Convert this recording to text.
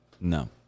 No